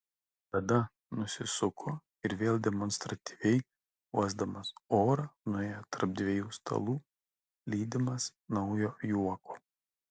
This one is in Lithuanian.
tada nusisuko ir vėl demonstratyviai uosdamas orą nuėjo tarp dviejų stalų lydimas naujo juoko